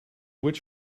which